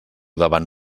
davant